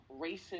racism